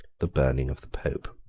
the burning of the pope.